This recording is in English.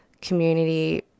community